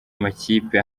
makipe